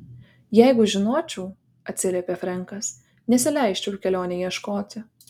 jeigu žinočiau atsiliepė frenkas nesileisčiau į kelionę ieškoti